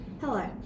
Hello